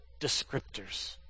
descriptors